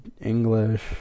English